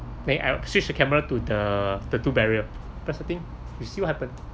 may I switched the camera to the the two barrier press the thing you see what happen